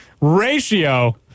Ratio